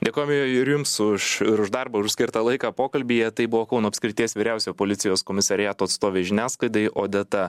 dėkojame ir jums už ir už darbą ir už skirtą laiką pokalbyje tai buvo kauno apskrities vyriausiojo policijos komisariato atstovė žiniasklaidai odeta